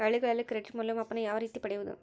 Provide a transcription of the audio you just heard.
ಹಳ್ಳಿಗಳಲ್ಲಿ ಕ್ರೆಡಿಟ್ ಮೌಲ್ಯಮಾಪನ ಯಾವ ರೇತಿ ಪಡೆಯುವುದು?